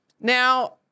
Now